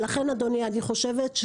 לכן אדוני אני חושבת,